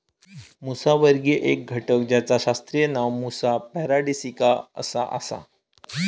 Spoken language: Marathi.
मुसावर्गीय एक घटक जेचा शास्त्रीय नाव मुसा पॅराडिसिका असा आसा